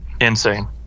Insane